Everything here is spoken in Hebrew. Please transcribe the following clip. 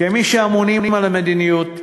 כמי שאמונים על המדיניות,